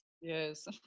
Yes